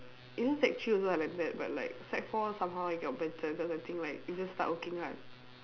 you know sec three also I like that but like sec four somehow I got better cause I think like you just start working hard